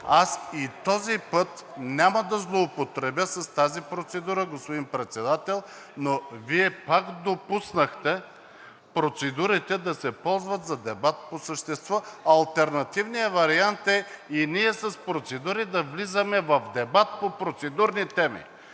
Аз и този път няма да злоупотребя с тази процедура, господин Председател, но Вие пак допуснахте процедурите да се ползват за дебат по същество. Алтернативният вариант е и ние с процедури да влизаме в дебата по процедурни теми.